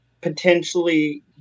potentially